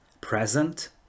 Present